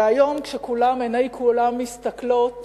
והיום, כשעיני כולם מסתכלות